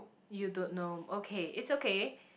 you don't know okay it's okay